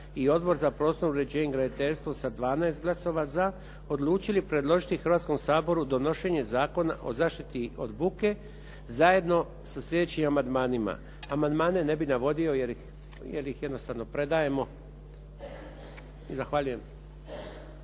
i Odbor za prostorno uređenje i graditeljstvo sa 12 glasova za odlučili predložiti Hrvatskom saboru donošenje Zakona o zaštiti od buke zajedno sa slijedećim amandmanima. Amandmane ne bih navodio jer ih jednostavno predajemo. Zahvaljujem.